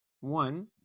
one